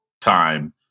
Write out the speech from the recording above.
time